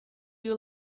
you